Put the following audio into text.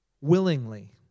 willingly